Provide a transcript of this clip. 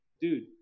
dude